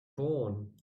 born